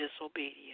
disobedience